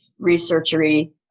researchery